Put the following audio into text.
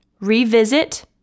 revisit